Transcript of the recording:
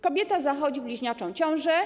Kobieta zachodzi w bliźniaczą ciążę.